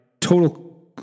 Total